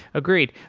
agreed.